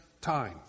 time